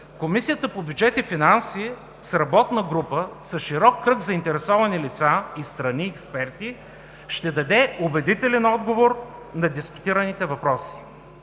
Комисията по бюджет и финанси, с работна група с широк кръг заинтересовани лица и страни експерти, ще даде убедителен отговор на дискутираните въпроси.